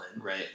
right